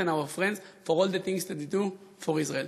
and our friends for all the things that you do for Israel.